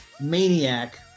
Maniac